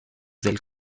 del